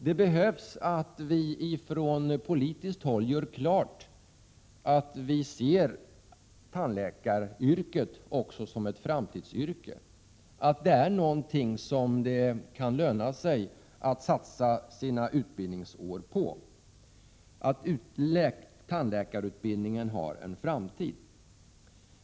Det behövs att vi från politiskt håll gör klart att vi ser tandläkaryrket som ett framtidsyrke, att det är något som det kan löna sig att satsa sina utbildningsår på, att tandläkarutbildningen har en framtid.